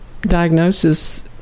diagnosis